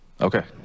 Okay